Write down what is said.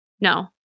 no